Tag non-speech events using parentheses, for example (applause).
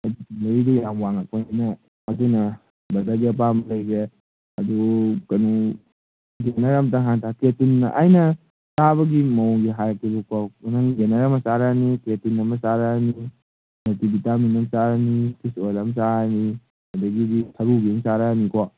ꯑꯗꯨꯗꯩꯗꯤ ꯌꯥꯝ ꯋꯥꯡꯉꯛꯄꯗꯨꯅ ꯑꯗꯨꯅ ꯕ꯭ꯔꯗꯔꯒꯤ ꯑꯄꯥꯝꯕ ꯂꯩꯒ꯭ꯔꯦ ꯑꯗꯨ ꯀꯩꯅꯣ ꯒꯦꯅꯔ ꯑꯝꯇ ꯍꯥꯟꯅ (unintelligible) ꯑꯩꯅ ꯆꯥꯕꯒꯤ ꯃꯋꯣꯡꯖꯦ ꯍꯥꯏꯔꯛꯀꯦꯕꯀꯣ ꯅꯪ ꯒꯦꯅꯔ ꯑꯃ ꯆꯥꯔꯛꯑꯅꯤ ꯀ꯭ꯔꯦꯇꯤꯟ ꯑꯃ ꯆꯥꯔꯛꯑꯅꯤ ꯃꯜꯇꯤ ꯚꯤꯇꯥꯃꯤꯟ ꯑꯃ ꯆꯥꯔꯅꯤ ꯐꯤꯁ ꯑꯣꯏꯜ ꯑꯃ ꯆꯥꯔꯅꯤ ꯑꯗꯒꯤꯗꯤ ꯁꯔꯨꯒꯤ ꯑꯃ ꯆꯥꯔꯛꯑꯅꯤꯀꯣ